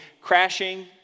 crashing